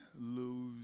lose